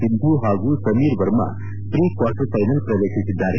ಸಿಂಧು ಹಾಗೂ Sameer Verma pre quarter finals ಪ್ರವೇಶಿಸಿದ್ದಾರೆ